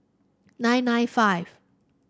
nine nine five